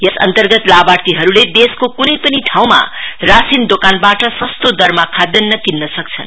यसअन्तर्गत लाभार्थीहरूले देशको क्नै पनि ठाउंमा रासिन दोकानबाट सस्तो दरमा खाद्यान्न किन सक्छन्